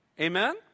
Amen